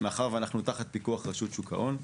מאחר ואנחנו נמצאים תחת פיקוח רשות שוק ההון,